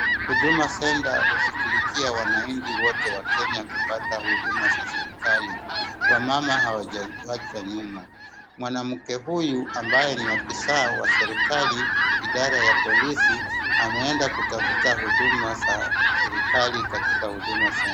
Huduma Center hushughulikia wananchi wote wa Kenya kupata huduma za serikali. Wamama hawajawachwa nyuma. Mwanamke huyu ambaye ni afisaa wa serikali idara ya polisi ameenda kutafuta huduma za serikali katika huduma center.